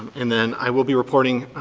and then i will be reporting,